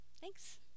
thanks